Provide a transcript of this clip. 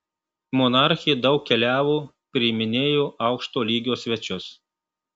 monarchė daug keliavo priiminėjo aukšto lygio svečius